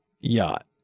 yacht